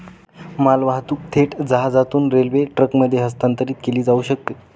मालवाहतूक थेट जहाजातून रेल्वे ट्रकमध्ये हस्तांतरित केली जाऊ शकते